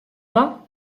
pas